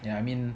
ya I mean